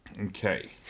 Okay